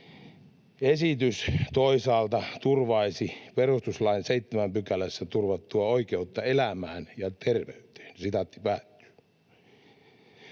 ”Esitys toisaalta turvaisi perustuslain 7 §:ssä turvattua oikeutta elämään ja terveyteen.” Hyvä